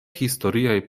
historiaj